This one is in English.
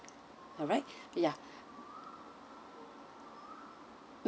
alright ya